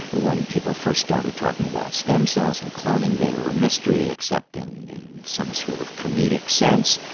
when people first started talking about stem cells and cloning, they were a mystery except in in some sort of comedic sense.